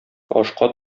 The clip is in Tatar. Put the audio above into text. ашка